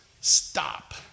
stop